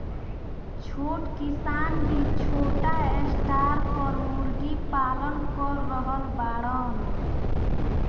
छोट किसान भी छोटा स्टार पर मुर्गी पालन कर रहल बाड़न